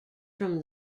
from